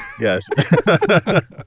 yes